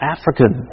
African